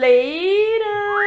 Later